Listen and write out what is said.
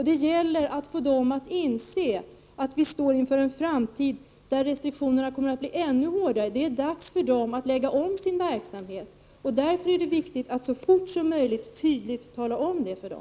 Det gäller att få dem att inse att vi står inför en framtid där restriktionerna kommer att bli ännu hårdare, att det är dags för dessa företag att lägga om sin verksamhet. Det är viktigt att så fort som möjligt tydligt tala om detta för dem.